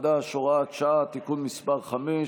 להתמודדות עם נגיף הקורונה החדש (הוראת שעה) (תיקון מס' 5)